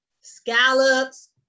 scallops